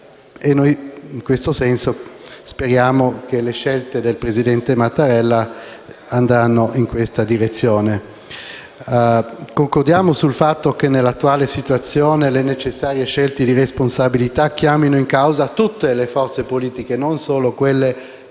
In questo senso speriamo che le scelte del presidente Mattarella andranno in questa direzione. Concordiamo sul fatto che, nell'attuale situazione, le necessarie scelte di responsabilità chiamino in causa tutte le forze politiche, non solo quelle che